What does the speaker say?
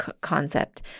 concept